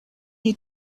you